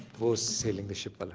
sailing the ship. but